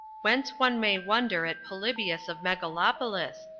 whence one may wonder at polybius of megalopolis,